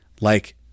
Like-